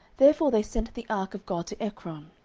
therefore they sent the ark of god to ekron.